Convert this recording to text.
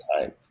time